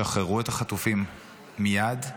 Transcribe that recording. שחררו את החטופים מייד,